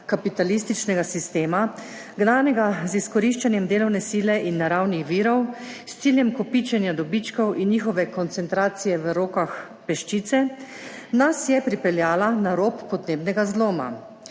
kapitalističnega sistema, gnanega z izkoriščanjem delovne sile in naravnih virov, s ciljem kopičenja dobičkov in njihove koncentracije v rokah peščice, nas je pripeljala na rob podnebnega zloma.